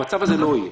המצב הזה לא יהיה.